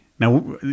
Now